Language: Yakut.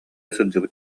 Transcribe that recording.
сылдьыбыт